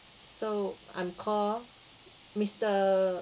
so I'm call mister